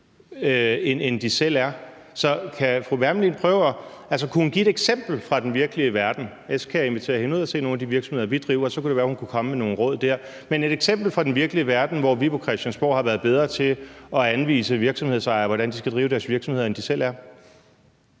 end de selv er. Så kunne fru Lea Wermelin prøve at give et eksempel fra den virkelige verden? Ellers kan jeg invitere hende ud at se nogle af de virksomheder, vi driver. Så kunne det være, at hun kunne komme med nogle råd der. Kunne hun give et eksempel fra den virkelige verden, hvor vi på Christiansborg har været bedre til at anvise virksomhedsejere, hvordan de skal drive deres virksomheder, end de selv er?